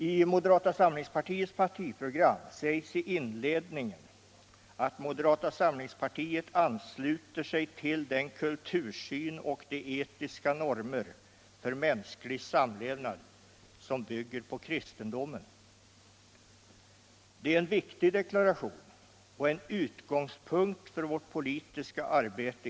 I moderata samlingspartiets partiprogram sägs i inledningen: ”Moderata samlingspartiet ansluter sig till den kultursyn och de ctuiska normer för mänsklig samlevnad som bygger på kristendomen.” Det är en viktig deklaration och en utgångspunkt för vårt politiska arbete.